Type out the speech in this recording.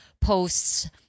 posts